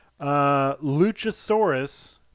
Luchasaurus